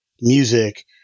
music